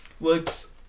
looks